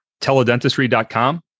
teledentistry.com